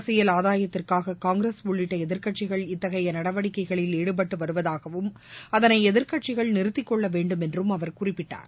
அரசியல் ஆதாயத்திற்காக காங்கிரஸ் உள்ளிட்ட எதிர்க்கட்சிகள் இத்தகைய நடவடிக்கைகளில் ஈடுபட்டு வருவதாகவும் அதனை எதிர்க்கட்சிகள் நிறுத்திக் கொள்ள வேண்டும் என்றும் அவர் குறிப்பிட்டார்